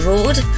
Road